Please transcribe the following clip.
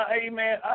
Amen